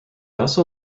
also